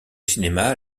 cinéma